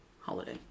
holiday